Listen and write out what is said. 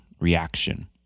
reaction